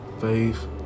faith